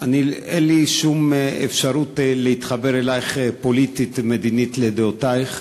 אין לי שום אפשרות להתחבר פוליטית-מדינית לדעותייך,